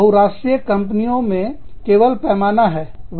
बहुराष्ट्रीय कंपनियों मेंकेवल पैमाना है